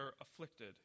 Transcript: afflicted